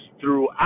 throughout